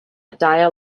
dire